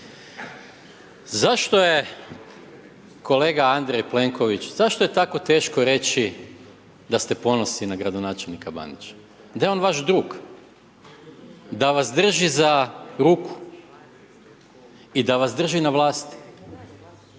Zašto je, kolega Andrej Plenković, zašto je tako teško reći da ste ponosni na gradonačelnika Bandića, da je on vaš drug, da vas drži za ruku i da vas drži na vlasti